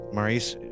Maurice